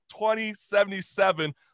2077